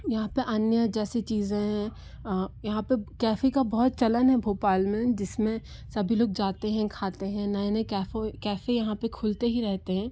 यहाँ पर अन्य जैसे चीज़ें हैं यहाँ पर कैफ़े का बहुत चलन है भोपाल में जिस में सभी लोग जाते हैं खाते हैं नए नए कैफ़ो कैफ़े यहाँ पर खुलते ही रहते हैं